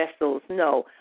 No